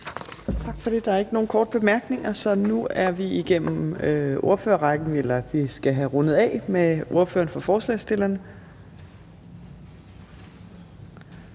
Tak for det. Der er ikke nogen korte bemærkninger, så nu er vi igennem ordførerrækken – eller vi skal have rundet af med ordføreren for forslagsstillerne,